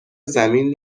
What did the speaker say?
زمین